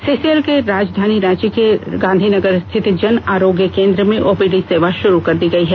CCL के राजधानी रांची के गांधीनगर रिथत जन आरोग्य केंद्र में ओपीडी सेवा शुरू कर दी गई है